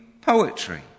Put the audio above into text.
poetry